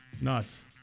Nuts